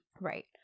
Right